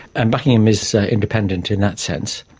and buckingham is independent in that sense.